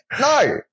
no